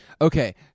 Okay